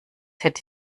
hätte